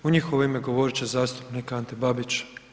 U njihovo ime govorit će zastupnik Ante Babić.